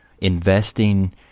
investing